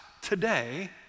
today